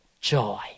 joy